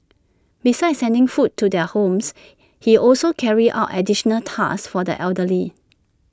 besides sending food to their homes he also carries out additional tasks for the elderly